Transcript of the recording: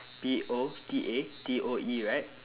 P O T A T O E right